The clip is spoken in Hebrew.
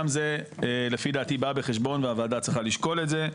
גם זה לפי דעתי בא בחשבון והוועדה צריכה לשקול את זה.